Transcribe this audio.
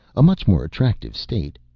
a much more attractive state.